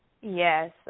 Yes